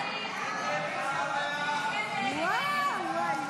אני קובע כי סעיף 9,